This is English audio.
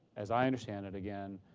as i understand it, again,